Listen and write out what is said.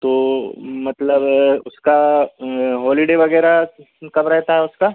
तो मतलब उसका हॉलिडे वगैरह कब रहता है उसका